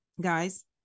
guys